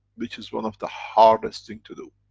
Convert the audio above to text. which is one of the hardest thing to do.